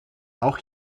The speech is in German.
auch